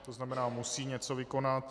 To znamená musí něco vykonat.